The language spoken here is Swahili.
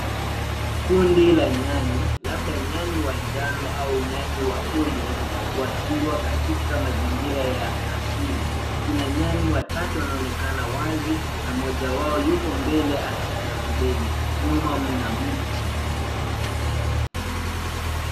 Kundi la nyani, labda nyani Njano au nyani ya olive wakiwa katika mazingira ya asili. Kuna nyani watatu wanoonekana wazi na moja wao yuko mbele akitazama mbele. Nyuma mna miti.